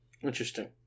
Interesting